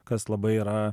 kas labai yra